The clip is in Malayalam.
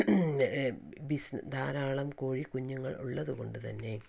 ബിസ് ധാരാളം കോഴികുഞ്ഞുങ്ങൾ ഉള്ളത് കൊണ്ട് തന്നെ